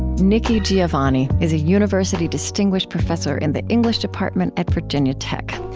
nikki giovanni is a university distinguished professor in the english department at virginia tech.